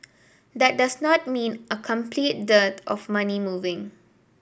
that does not mean a complete dearth of money moving